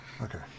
Okay